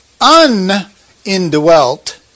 unindwelt